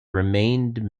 remained